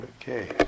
Okay